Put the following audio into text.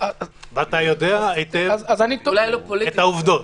אתה יודע היטב את העובדות.